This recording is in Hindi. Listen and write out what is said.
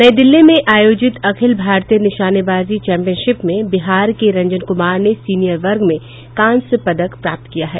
नई दिल्ली में आयोजित अखिल भारतीय निशानेबाजी चैम्पियनशिप में बिहार के रंजन कुमार ने सीनियर वर्ग में कांस्य पदक प्राप्त किया है